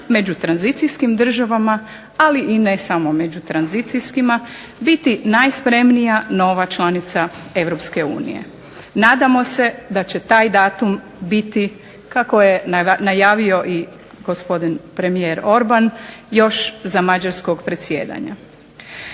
među tranzicijskim državama, ali i ne samo među tranzicijskima biti najspremnija nova članica Europske unije. Nadamo se da će taj datum biti kako je najavio i gospodin premijer Orban još za mađarskog predsjedanja.